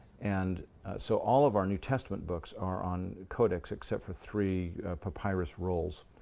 and so all of our new testament books are on codex, except for three papyrus rolls.